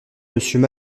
monsieur